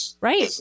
right